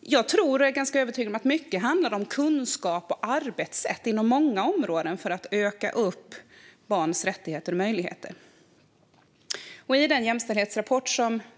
Jag tror och är ganska övertygad om att mycket handlar om kunskap och arbetssätt inom många områden för att öka barns rättigheter och möjligheter. I den jämställdhetsrapport